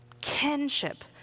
Kinship